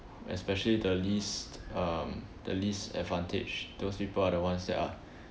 especially the least um the least advantaged those people are the ones that are